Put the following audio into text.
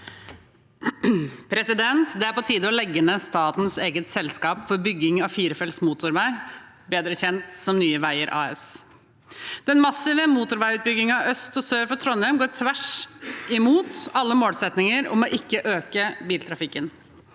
Det er på tide å leg- ge ned statens eget selskap for bygging av firefelts motorvei, bedre kjent som Nye veier AS. Den massive motorveiutbyggingen øst og sør for Trondheim går på tvers av alle målsettinger om å ikke øke biltrafikken.